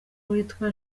witwa